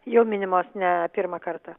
jau minimos ne pirmą kartą